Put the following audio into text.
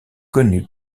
connu